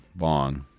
Long